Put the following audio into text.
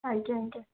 ଆଜ୍ଞା ଆଜ୍ଞା